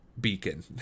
beacon